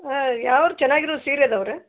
ಹಾಂ ಯಾವರ ಚೆನ್ನಾಗಿರೋ ಸೀರೆ ಅದಾವ ರೀ